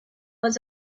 was